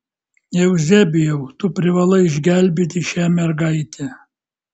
euzebijau tu privalai išgelbėti šią mergaitę